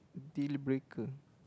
dealbreaker